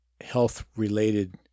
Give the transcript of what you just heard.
health-related